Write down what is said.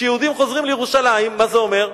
שיהודים חוזרים לירושלים, מה זה אומר?